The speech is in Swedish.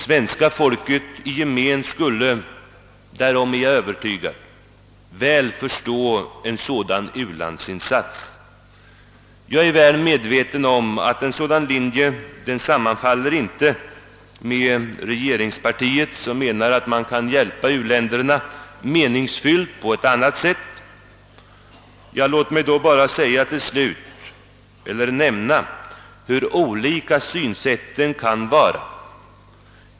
Svenska folket i gemen skulle, därom är jag övertygad, väl förstå en sådan u-landsinsats. Jag är välmedveten om att en sådan linje inte sammanfaller med regeringspartiets som menar att man kan hjälpa u-länderna meningsfullt på annat sätt. Låt mig bara till slut nämna hur olika synsätten kan vara.